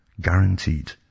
Guaranteed